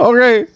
Okay